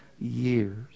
years